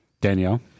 Danielle